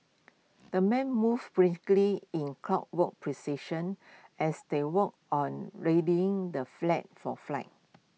the men moved briskly in clockwork precision as they worked on readying the flag for flight